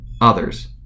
others